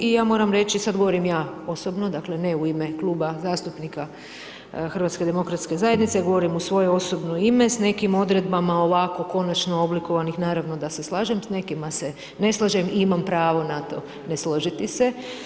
I ja moram reći, sada govorim ja osobno, dakle ne u ime Kluba zastupnika HDZ-a, govorim u svoje osobno ime s nekim odredbama ovako konačno oblikovanih naravno da se slažem, s nekim se ne slažem i imam pravo na to ne složiti se.